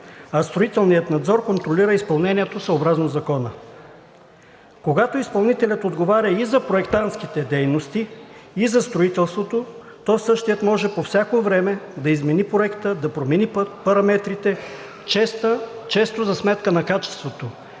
а строителният надзор контролира изпълнението, съобразно Закона. Когато изпълнителят отговаря и за проектантските дейности, и за строителството, то същият може по всяко време да измени проекта, да промени параметрите, често за сметка на качеството.